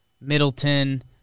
Middleton